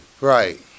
Right